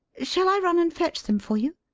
shall i run and fetch them for you?